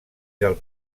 del